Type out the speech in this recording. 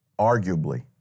arguably